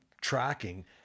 tracking